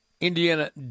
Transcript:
Indiana